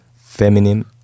feminine